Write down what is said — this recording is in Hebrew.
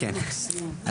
כן,